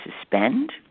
suspend